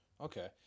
okay